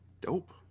Dope